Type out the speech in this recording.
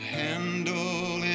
handle